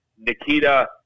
Nikita